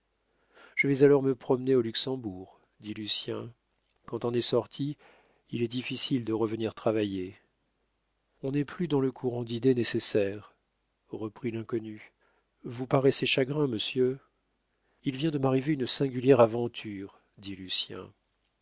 je vais alors me promener au luxembourg dit lucien quand on est sorti il est difficile de revenir travailler on n'est plus dans le courant d'idées nécessaires reprit l'inconnu vous paraissez chagrin monsieur il vient de m'arriver une singulière aventure dit lucien